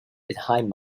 behind